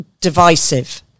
divisive